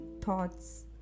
thoughts